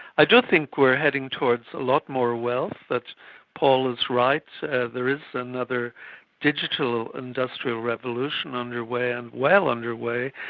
i do think we're heading towards a lot more wealth, that paul is right there is another digital industrial revolution underway and well underway.